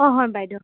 অঁ হয় বাইদেউ